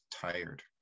tired